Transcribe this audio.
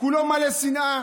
כולו מלא שנאה.